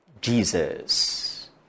Jesus